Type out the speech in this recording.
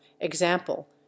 example